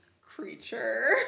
Creature